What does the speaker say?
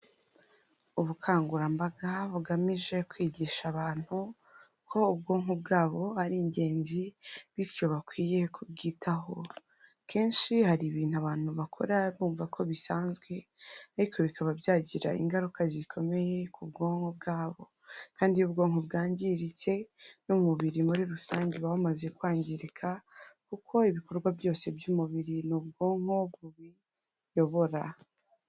Ubukangurambaga bugamije kwigisha abantu ko ubwonko bwabo ari ingenzi bityo bakwiye kubwitaho, kenshi hari ibintu abantu bakora bumva ko bisanzwe ariko bikaba byagira ingaruka zikomeye ku bwonko bwabo kandi iyo ubwonko bwangiritse n'umubiri muri rusange uba wamaze kwangirika kuko ibikorwa byose by'umubiri ni ubwonko bubiyobora.